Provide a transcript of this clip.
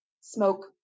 smoke